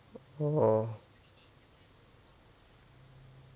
oh